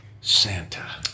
Santa